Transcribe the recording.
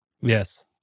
Yes